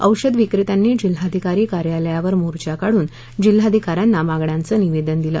औषध विक्रेत्यांनी जिल्हाधिकारी कार्यालयावर मोर्चा काढून जिल्हाधिकाऱ्यांना मागण्यांचं निवेदन दिलं